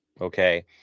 okay